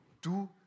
Du